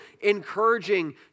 encouraging